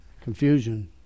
confusion